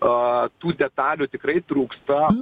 a tų detalių tikrai trūksta